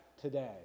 today